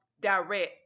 direct